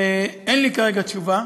ואין לי כרגע תשובה.